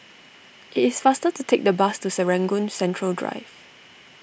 it's faster to take the bus to Serangoon Central Drive